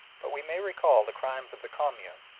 but we may recall the crimes of the commune,